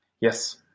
Yes